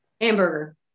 Hamburger